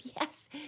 yes